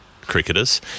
cricketers